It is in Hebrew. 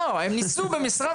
לא, במשרד